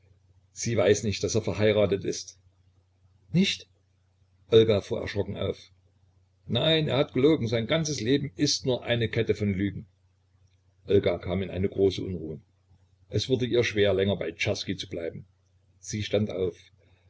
sie weiß nicht daß er verheiratet ist nicht olga fuhr erschrocken auf nein er hat gelogen sein ganzes leben ist nur eine kette von lügen olga kam in eine große unruhe es wurde ihr schwer länger bei czerski zu bleiben sie stand auf